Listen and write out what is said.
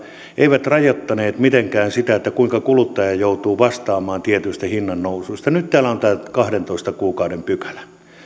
eivät rajoittaneet mitenkään sitä kuinka kuluttaja joutuu vastaamaan tietyistä hinnannousuista nyt täällä on tämä kahdentoista kuukauden pykälä